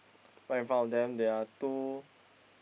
right in front of them there are two